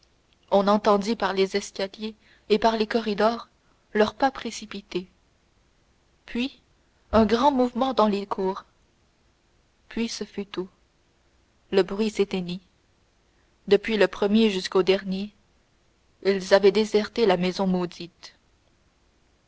on entendit par les escaliers et par les corridors leurs pas précipités puis un grand mouvement dans les cours puis ce fut tout le bruit s'éteignit depuis le premier jusqu'au dernier ils avaient déserté la maison maudite